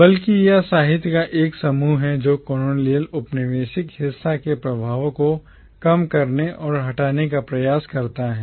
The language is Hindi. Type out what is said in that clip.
बल्कि यह साहित्य का एक समूह है जो colonial औपनिवेशिक हिंसा के प्रभावों को कम करने और हटाने का प्रयास करता है